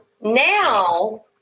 now